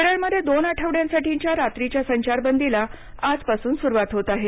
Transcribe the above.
केरळमध्ये दोन आठवड्यांसाठीच्या रात्रीच्या संचारबंदीला आजपासून सुरवात होत आहे